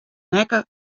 nekke